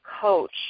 coach